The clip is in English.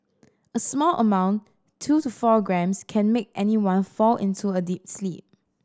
a small amount two to four grams can make anyone fall into a deep sleep